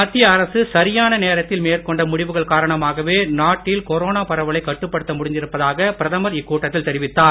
மத்திய அரசு சரியான நேரத்தில் மேற்கொண்ட முடிவுகள் காரணமாகவே நாட்டில் கொரோனா பரவலை கட்டுப்படுத்த முடிந்திருப்பதாக பிரதமர் இக்கூட்டத்தில் தெரிவித்தார்